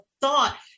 thought